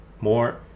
more